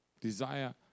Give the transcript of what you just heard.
Desire